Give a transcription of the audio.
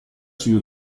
sugli